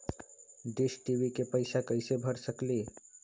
Dish TV के पैईसा कईसे भर सकली?